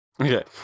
Okay